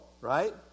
right